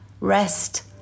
rest